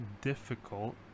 difficult